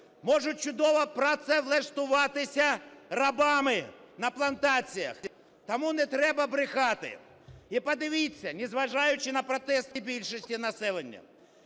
можуть чудово працевлаштуватися рабами на плантаціях. Тому не треба брехати. І подивіться, незважаючи на протести більшості населення,